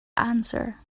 answer